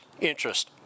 interest